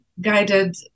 guided